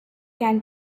can